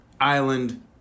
island